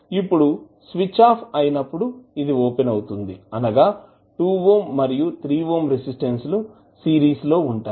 ఇప్పుడు switch off అయినప్పుడు ఇది ఓపెన్ అవుతుంది అనగా 2 ఓం మరియు 3 ఓం రెసిస్టెన్స్ సిరీస్లో ఉంటాయి